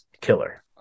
Killer